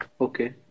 Okay